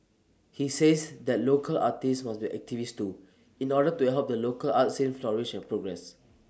he says that local artists must be activists too in order to help the local art scene flourish and progress